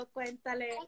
Cuéntale